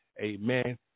amen